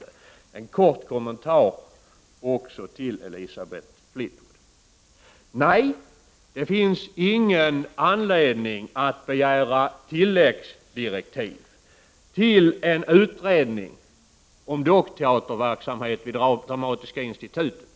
Så en kort kommentar också till Elisabeth Fleetwood. Nej, det finns ingen anledning att begära tillläggsdirektiv om dockteaterverksamhet vid Dramatiska institutet.